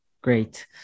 Great